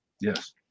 Yes